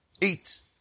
eat